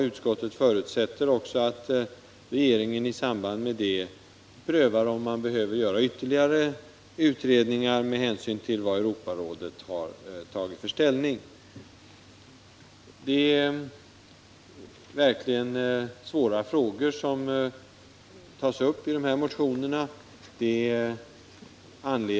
Utskottet förutsätter också att regeringen i samband med sitt övervägande prövar om man behöver göra ytterligare utredningar med hänsyn till Europarådets ställningstagande. Det är verkligen svåra frågor som tas upp i de här motionerna.